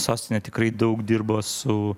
sostinė tikrai daug dirbo su